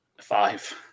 Five